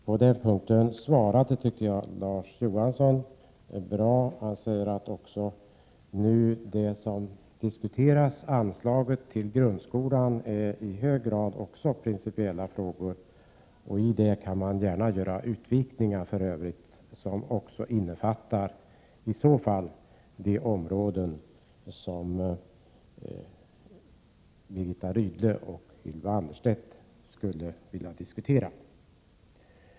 På den punkten tycker jag att Larz Johansson gav ett bra svar. Han sade att det som vi nu diskuterar, anslaget till grundskolan, också i hög grad handlar om principiella frågor. I det kan man gärna göra utvikningar som i så fall också innefattar de områden som Birgitta Rydle och Ylva Annerstedt skulle vilja diskutera.